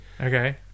Okay